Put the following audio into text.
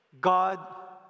God